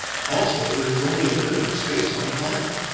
also, there is only a limited space on a planet.